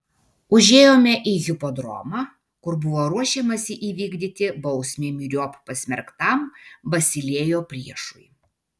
užėjome į hipodromą kur buvo ruošiamasi įvykdyti bausmę myriop pasmerktam basilėjo priešui